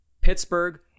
Pittsburgh